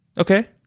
Okay